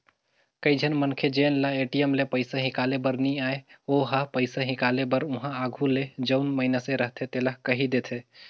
कइझन मनखे जेन ल ए.टी.एम ले पइसा हिंकाले बर नी आय ओ ह पइसा हिंकाले बर उहां आघु ले जउन मइनसे रहथे तेला कहि देथे